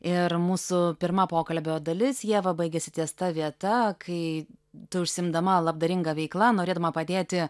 ir mūsų pirma pokalbio dalis ieva baigėsi ties ta vieta kai tu užsiimdama labdaringa veikla norėdama padėti